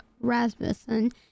Rasmussen